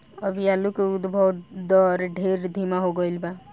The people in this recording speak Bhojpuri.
अभी आलू के उद्भव दर ढेर धीमा हो गईल बा